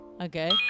Okay